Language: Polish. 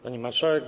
Pani Marszałek!